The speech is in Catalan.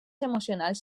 emocionals